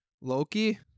Loki